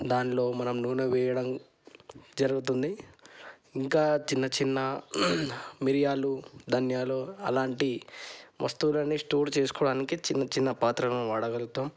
దానిలో మనం నూనె వేయడం జరుగుతుంది ఇంకా చిన్న చిన్న మిరియాలు ధనియాలు అలాంటి వస్తువులని స్టోర్ చేసుకోడానికి చిన్న చిన్న పాత్రలను వాడగలుగుతాం